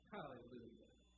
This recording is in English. Hallelujah